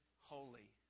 holy